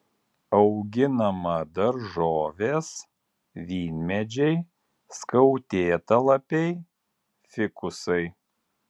auginama daržovės vynmedžiai skiautėtalapiai fikusai